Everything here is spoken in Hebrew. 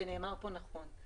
ונאמר פה נכון,